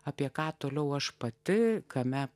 apie ką toliau aš pati kame